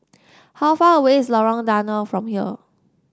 how far away is Lorong Danau from here